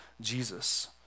Jesus